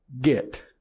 get